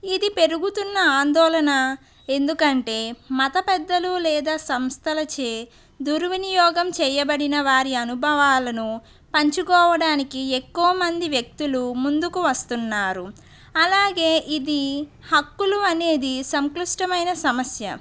ఇది పెరుగుతున్న ఆందోళన ఎందుకంటే మత పెద్దలు లేదా సంస్థలచే దుర్వినియోగం చేయబడిన వారి అనుభవాలను పంచుకోవడానికి ఎక్కువ మంది వ్యక్తులు ముందుకు వస్తున్నారు అలాగే ఇది హక్కులు అనేది సంక్లిష్టమైన సమస్య